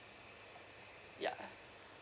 yeah